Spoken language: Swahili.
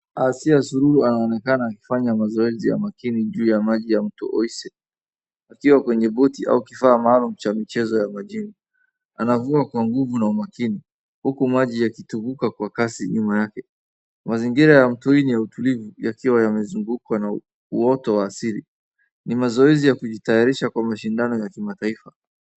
Asiya suluhu anaonekana akifanya mazoezi ya makini juu ya maji ya mto Oise. Katika kwenye boti au kifaa maalum cha michezo ya majini. Anavua kwa nguvu na umakini, huku maji yakitubuka kwa kasi nyuma yake. Mazingira ya mto hii ni ya utulivu yakiwa yamezungukwa na uoto wa asili. Ni mazoezi ya kujitayarisha kwa mashindano ya kimataifa